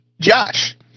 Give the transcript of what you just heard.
Josh